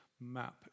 map